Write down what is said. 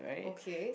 okay